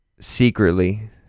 secretly